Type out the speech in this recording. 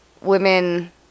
women